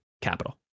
capital